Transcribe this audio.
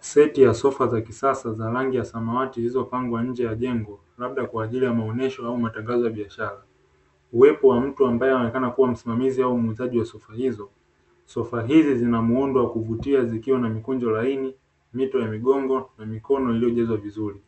Seti ya sofa za kisasa za rangi ya samawati zilizopangwa nje ya jengo, labda kwa ajili ya maonyesho au matangazo ya biashara. Uwepo wa mtu ambaye anaonekana kuwa msimamizi au muuzaji wa sofa hizo. Sofa hizi zina muundo wa kuvutia zikiwa na mikunjo laini, mito ya migongi, na mikono iliyojazwa vizuri.